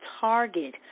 target